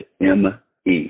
M-E